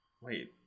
wait